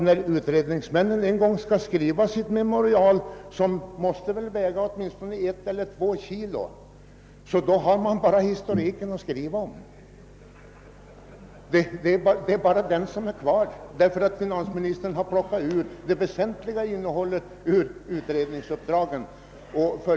När utredningsmännen en gång skall skriva sitt betänkande, som väl kommer att väga åtminstone ett eller två kilo, har man förmodligen bara historiken kvar att skriva om. Finansministern har undan för undan tagit bort det väsentliga innehållet ur utredningsuppdraget.